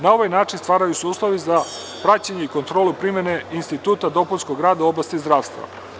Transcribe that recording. Na ovaj način stvaraju se uslovi za praćenje i kontrolu primene instituta dopunskog rada u oblasti zdravstva.